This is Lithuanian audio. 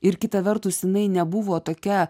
ir kita vertus jinai nebuvo tokia